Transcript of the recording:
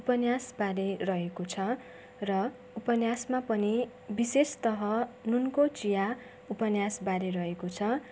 उपन्यासबारे रहेको छ र उपन्यासमा पनि विशेषतः नुनको चिया उपन्यासबारे रहेको छ